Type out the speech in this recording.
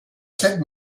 set